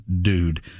dude